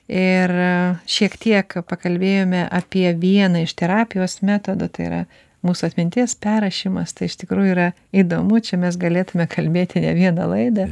ir šiek tiek pakalbėjome apie vieną iš terapijos metodą tai yra mūsų atminties perrašymas tai iš tikrųjų yra įdomu čia mes galėtume kalbėti ne vieną laidą